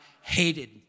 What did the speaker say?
hated